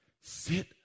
Sit